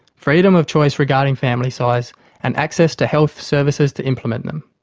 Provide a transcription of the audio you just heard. freedom of choice regarding family size and access to health services to implement them.